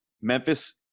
Memphis